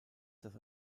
dass